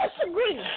disagree